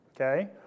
Okay